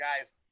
guys